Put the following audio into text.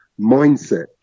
mindset